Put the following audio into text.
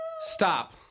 stop